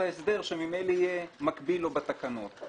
ההסבר שממילא יהיה מקביל לו בתקנות.